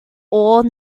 all